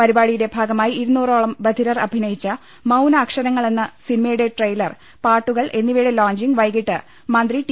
പരി പാടിയുടെ ഭാഗമായി ഇരുനൂറോളം ബൂധിർർ അഭിനയിച്ച മൌനാക്ഷരങ്ങൾ എന്ന സിനിമയുടെ ട്രെയിലർ പാട്ടു കൾ എന്നിവയുടെ ലോഞ്ചിംഗ് വൈകിട്ട് മന്ത്രി ടി